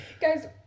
guys